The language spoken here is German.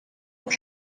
auch